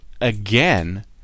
again